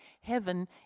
Heaven